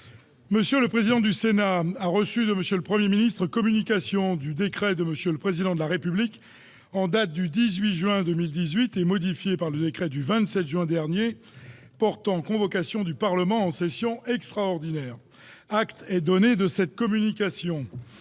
M. le président du Sénat a reçu de M. le Premier ministre communication du décret de M. le Président de la République en date du 18 juin 2018 et modifié par le décret du 27 juin dernier portant convocation du Parlement en session extraordinaire. Acte est donné de cette communication.